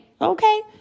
okay